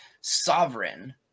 sovereign